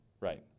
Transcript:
right